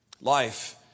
Life